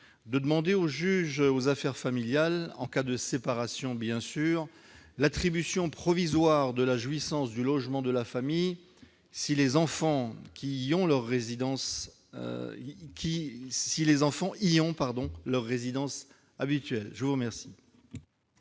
de demander au juge aux affaires familiales, en cas de séparation, l'attribution provisoire de la jouissance du logement de la famille si les enfants y ont leur résidence habituelle, quelle